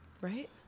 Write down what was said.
Right